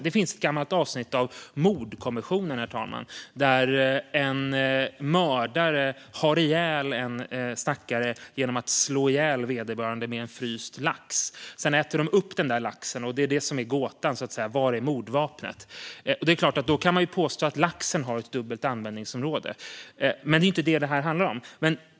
Det finns ett gammalt avsnitt av Mordkommissionen , herr talman, där en mördare slår ihjäl en stackare med en fryst lax. Sedan äter de upp laxen, och det är det som är gåtan: Var är mordvapnet? Det är klart att man kan påstå att laxen har ett dubbelt användningsområde, men det är ju inte det som det här handlar om.